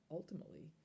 ultimately